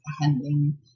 handling